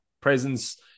presence